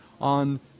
on